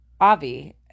Avi